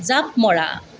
জাপ মৰা